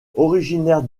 originaire